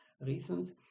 reasons